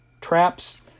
traps